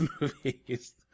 movies